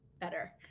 better